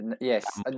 yes